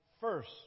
first